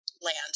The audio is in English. land